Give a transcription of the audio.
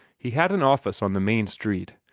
he had an office on the main street,